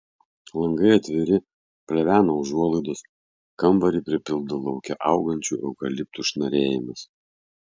langai atviri plevena užuolaidos kambarį pripildo lauke augančių eukaliptų šnarėjimas